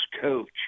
coach